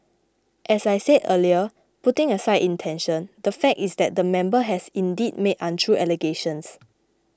as I said earlier putting aside intention the fact is that the member has indeed made untrue allegations